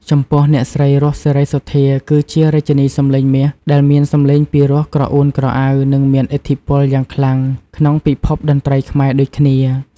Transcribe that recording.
ចំពោះ អ្នកស្រី រស់ សេរីសុទ្ធា គឺជារាជិនីសម្លេងមាសដែលមានសម្លេងពីរោះក្រអួនក្រអៅ និងមានឥទ្ធិពលយ៉ាងខ្លាំងក្នុងពិភពតន្ត្រីខ្មែរដូចគ្នា។